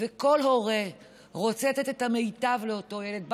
וכל הורה רוצה לתת את המיטב לאותו ילד.